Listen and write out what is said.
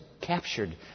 captured